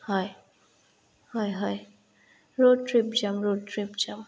হয় হয় হয় ৰদ ট্ৰিপ যাম ৰদ ট্ৰিপ যাম